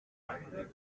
leather